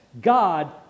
God